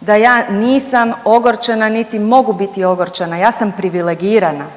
da ja nisam ogorčena, niti mogu biti ogorčena, ja sam privilegirana,